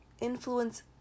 influence